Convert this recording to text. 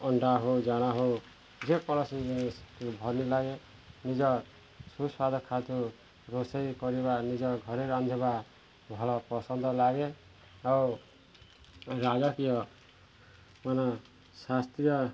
ଅଣ୍ଡା ହଉ ହଉ ଯେକୌଣସି ଜିନି ଭଲ ଲାଗେ ନିଜ ସୁସ୍ଵାଦ ଖାଦ୍ୟ ରୋଷେଇ କରିବା ନିଜ ଘରେ ରାନ୍ଧିବା ଭଲ ପସନ୍ଦ ଲାଗେ ଆଉ ରାଜକୀୟ ମାନେ ଶାସ୍ତ୍ରୀୟ